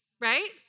Right